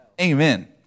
Amen